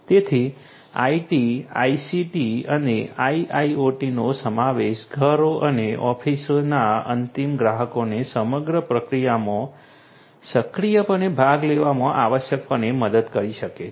તેથી IT ICT અને આઇઓટીનો સમાવેશ ઘરો અને ઓફિસના અંતિમ ગ્રાહકોને સમગ્ર પ્રક્રિયામાં સક્રિયપણે ભાગ લેવામાં આવશ્યકપણે મદદ કરી શકે છે